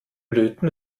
löten